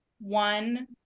One